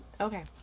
okay